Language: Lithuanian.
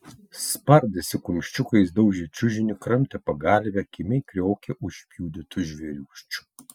spardėsi kumščiukais daužė čiužinį kramtė pagalvę kimiai kriokė užpjudytu žvėriūkščiu